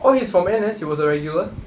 oh he's from N_S he was a regular